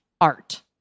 art